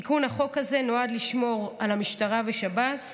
תיקון החוק הזה נועד לשמור על המשטרה ושב"ס,